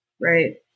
Right